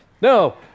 No